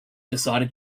decided